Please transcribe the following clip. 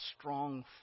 strong